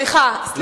סליחה, סליחה.